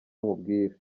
nkubwira